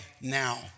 now